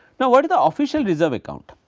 now, what is the official reserve account?